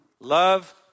Love